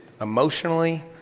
emotionally